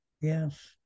Yes